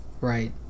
Right